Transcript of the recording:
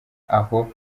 aho